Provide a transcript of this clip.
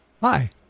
Hi